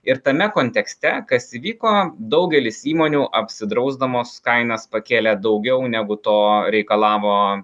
ir tame kontekste kas įvyko daugelis įmonių apsidrausdamos kainas pakėlė daugiau negu to reikalavo